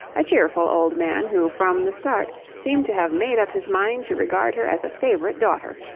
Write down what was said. a cheerful old man who from the start seemed to have made up his mind to regard her as a favourite daughter.